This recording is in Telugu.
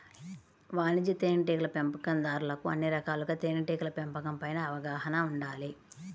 వాణిజ్య తేనెటీగల పెంపకందారులకు అన్ని రకాలుగా తేనెటీగల పెంపకం పైన అవగాహన ఉండాలి